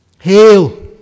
Hail